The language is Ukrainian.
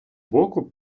боку